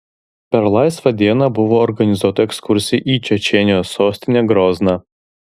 per laisvą dieną buvo organizuota ekskursija į čečėnijos sostinę grozną